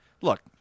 look